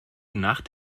nacht